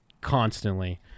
constantly